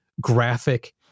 graphic